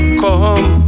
come